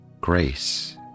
grace